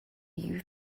you